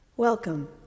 Welcome